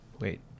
wait